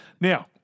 Now